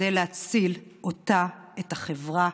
כדי להציל אותה, את החברה.